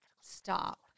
Stop